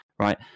Right